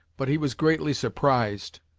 but he was greatly surprised.